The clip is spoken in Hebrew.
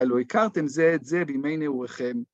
‫הלא הכרתם זה את זה בימי נעוריכם.